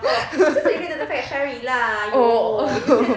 oh